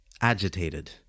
Agitated